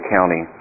County